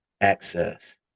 access